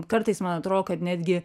kartais man atrodo kad netgi